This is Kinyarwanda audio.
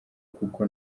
kuko